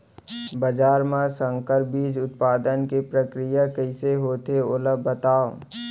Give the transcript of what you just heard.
बाजरा मा संकर बीज उत्पादन के प्रक्रिया कइसे होथे ओला बताव?